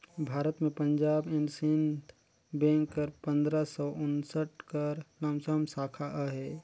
भारत में Punjab and Sind bank कर पंदरा सव उन्सठ कर लमसम साखा अहे